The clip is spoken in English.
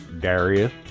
Darius